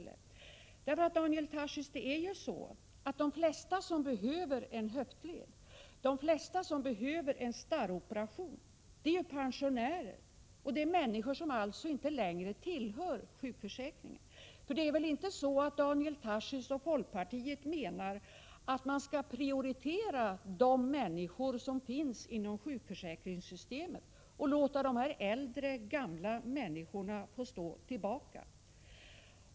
Det är ju så, Daniel Tarschys, att de flesta som behöver en höftled eller som behöver genomgå en starroperation är pensionärer, människor som alltså inte längre omfattas av sjukförsäkringen. Daniel Tarschys och folkpartisterna i övrigt menar väl inte att man skall prioritera de människor för vilka sjukförsäkringssystemet gäller och låta äldre och gamla få stå tillbaka?